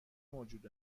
موجود